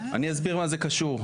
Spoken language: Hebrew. אסביר מה זה קשור.